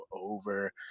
over